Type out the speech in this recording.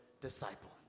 disciple